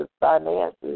finances